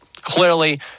clearly